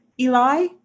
Eli